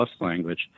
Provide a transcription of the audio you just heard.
language